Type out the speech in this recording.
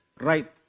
right